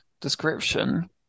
description